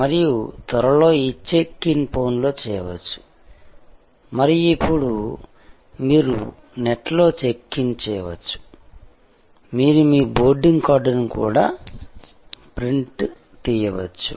మరియు త్వరలో ఈ చెక్ ఇన్ ఫోన్లో చేయవచ్చు మరియు ఇప్పుడు మీరు నెట్లో చెక్ ఇన్ చేయవచ్చు మీరు మీ బోర్డింగ్ కార్డును కూడా ప్రింట్ చేయవచ్చు